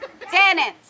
Tenants